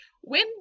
When-